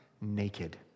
naked